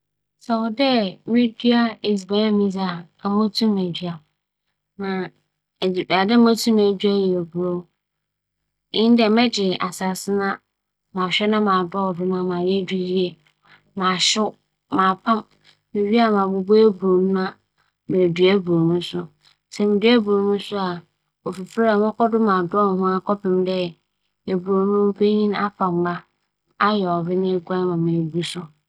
Edziban a midzi no, nkyɛ murudua a, mobotum ayɛ na mbom osiandɛ me dzi edziban ahorow pii ntsi ne nyinara dze munnkotum m'ayɛ na mbom biribi tse dɛ eburow, borɛdze, bankye na adze ne dze, mobotum ahyɛ na meedua. Ma mebɛyɛ ara nye dɛ, mebɛgye asaase m'adͻw do na meedua m'eburow kama kama. Bankye so na m'ehyɛ a, m'ahyɛ no kama kama, borɛdze so a, dɛmara na mebɛyɛ.